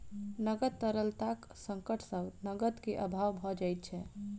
नकद तरलताक संकट सॅ नकद के अभाव भ जाइत छै